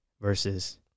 versus